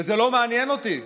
וזה לא מעניין אותי,